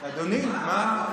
אדוני, מה?